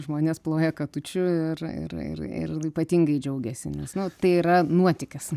žmonės ploja katučių ir ir ir ypatingai džiaugiasi nes nu tai yra nuotykis